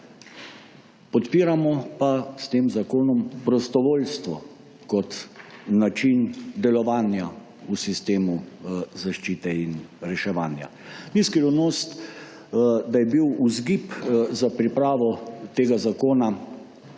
Podpiramo pa s tem zakonom prostovoljstvo kot način delovanja v sistemu zaščite in reševanja. Ni skrivnost, da je bil vzgib za pripravo tega zakona